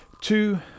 two